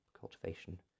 cultivation